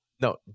No